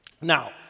Now